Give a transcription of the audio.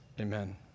Amen